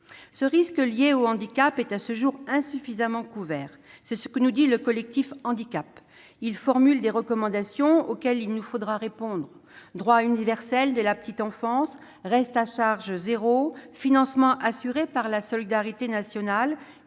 Ce risque lié au handicap est à ce jour insuffisamment couvert. C'est ce que nous dit le collectif Handicaps, lequel formule des recommandations auxquelles il faudra répondre : droit universel dès la petite enfance, reste à charge zéro, financement assuré par la solidarité nationale,